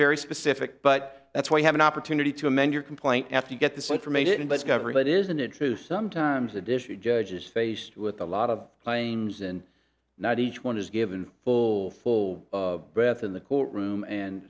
very specific but that's why you have an opportunity to amend your complaint after you get the center made it in by the government isn't it true sometimes additionally judges faced with a lot of claims and not each one is given full full breath in the courtroom and